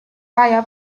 via